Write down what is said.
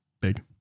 Big